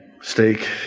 steak